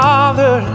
Father